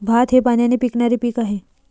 भात हे पाण्याने पिकणारे पीक आहे